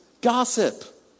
gossip